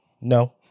No